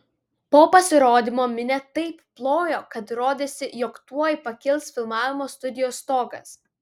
po pasirodymo minia taip plojo kad rodėsi jog tuoj pakils filmavimo studijos stogas